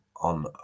on